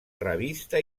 revista